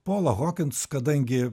pola hokins kadangi